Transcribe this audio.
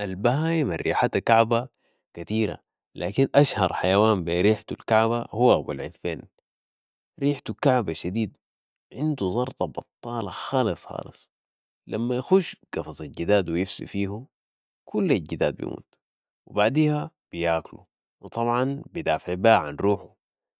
البهايم الريحتها كعبه كتيره لكن أشهر حيوان بي ريحتو الكعبه هو ابوعفين ، ريحته كعبه شديد ، عندو ظرطه بطاله خالص خالص ، لما يخوش قفص الجداد ويفسي فيه كل الجداد بموت و بعديها بياكلو و طبعن بيدافع بيها عن روحو